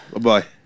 Bye-bye